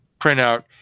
printout